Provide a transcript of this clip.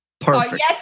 Perfect